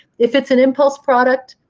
if it's an impulse product,